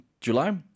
july